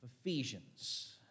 Ephesians